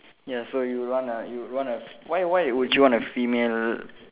ya so you would want a you would want a why why would you want a female